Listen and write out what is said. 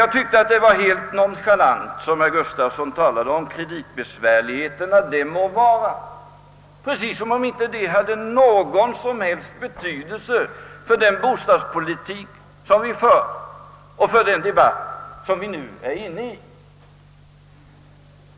Jag tyckte dock att herr Gustafsson behandlade kreditsvårigheterna ganska nonchalant, precis som om dessa inte hade någon som helst betydelse för den bostadspolitik som nu bedrives och för den debatt vi nu för.